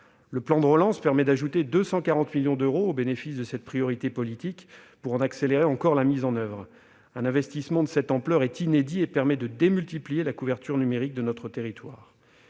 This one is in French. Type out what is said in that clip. Le plan de relance permet d'ajouter 240 millions d'euros au bénéfice de cette priorité politique pour en accélérer encore la mise en oeuvre. Un investissement de cette ampleur est inédit et permet d'accélérer la couverture numérique du territoire.